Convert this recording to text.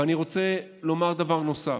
אבל אני רוצה לומר דבר נוסף.